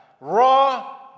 raw